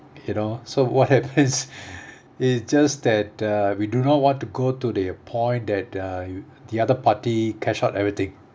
you know so what happens is just that uh we do not want to go to the point that uh the other party cash out everything